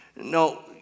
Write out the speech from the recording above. No